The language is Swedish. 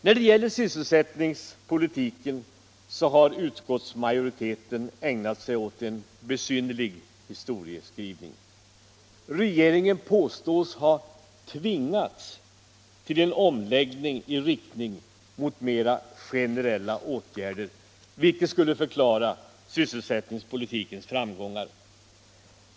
När det gäller sysselsättningspolitiken har utskottsmajoriteten ägnat sig åt en besynnerlig historieskrivning. Regeringen påstås ha tvingats till en omläggning i riktning mot mera generella åtgärder, vilket skulle förklara sysselsättningspolitikens framgångar.